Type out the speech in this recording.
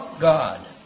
God